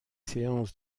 séances